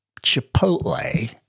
Chipotle